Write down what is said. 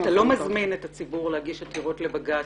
אתה לא מזמין את הציבור להגיש עתירות לבג"ץ